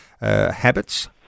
habits